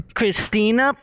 Christina